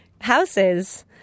houses